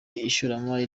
ishoramari